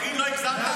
תגיד, לא הגזמת?